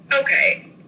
Okay